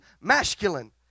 masculine